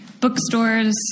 bookstores